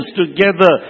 together